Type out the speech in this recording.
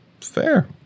fair